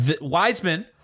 Wiseman